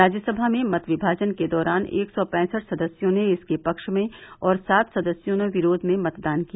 राज्यसभा में मत विमाजन के दौरान एक सौ पैंसठ सदस्यों ने इसके पक्ष में और सात सदस्यों ने विरोध में मतदान किया